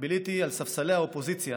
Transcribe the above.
ביליתי על ספסלי האופוזיציה